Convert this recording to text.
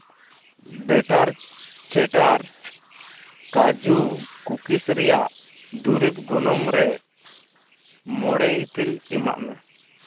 better ᱪᱮᱴᱟᱨ ᱠᱟᱹᱡᱩ ᱠᱩᱠᱤᱥ ᱨᱮᱭᱟᱜ ᱫᱩᱨᱤᱵ ᱜᱚᱱᱚᱝ ᱨᱮ ᱢᱚᱬᱮ ᱤᱯᱤᱞ ᱮᱢᱟᱜ ᱢᱮ